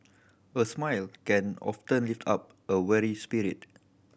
a smile can often lift up a weary spirit